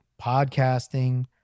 podcasting